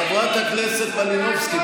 חבר הכנסת אבוטבול וחברת הכנסת מלינובסקי,